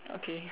okay